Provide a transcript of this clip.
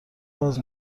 باز